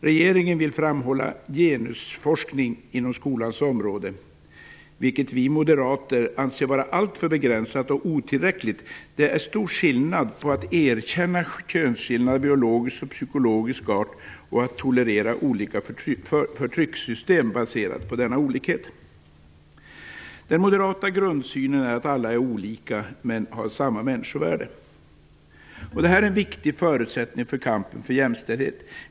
Regeringen vill framhålla genusforskning inom skolans område, något som vi moderater anser vara alltför begränsat och otillräckligt. Det är stor skillnad mellan att erkänna könsskillnader av biologisk och psykologisk art och att tolerera olika förtryckssystem baserade på denna olikhet. Den moderata grundsynen är att alla är olika, men har samma människovärde. Det här är en viktig förutsättning för kampen för jämställdhet.